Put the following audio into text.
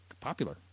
popular